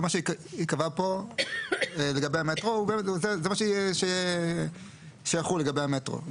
ומה שייקבע פה לגבי המטרו הוא זה שיחול לגבי המטרו.